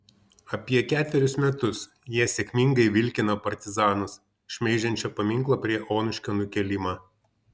apie ketverius metus jie sėkmingai vilkino partizanus šmeižiančio paminklo prie onuškio nukėlimą